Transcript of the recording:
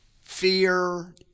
fear